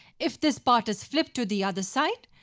if this part is flipped to the other side,